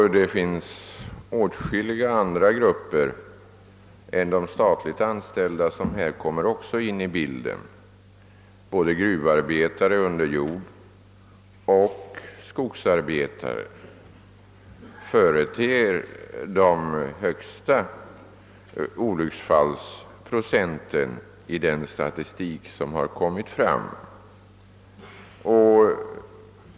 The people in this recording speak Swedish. Det visar sig att åtskilliga andra grupper än de statligt anställda kommer in i bilden. Gruvarbetare under jord och skogsarbetare företer den högsta olycksfallsprocenten i den statistik som gjorts upp.